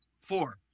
Four